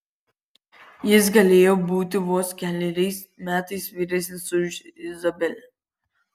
jis galėjo būti vos keleriais metais vyresnis už izabelę